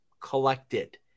collected